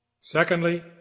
Secondly